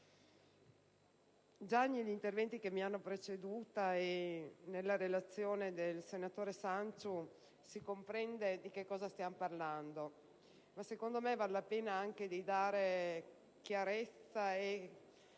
già dagli interventi che mi hanno preceduto e dalla relazione del senatore Sanciu si comprende di cosa stiamo parlando ma secondo me vale la pena dare chiarezza e